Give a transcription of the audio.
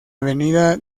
avenida